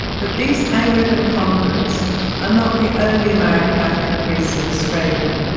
but these anglican converts are not the only married catholic priests in australia.